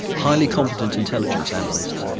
highly competent intelligence analysts,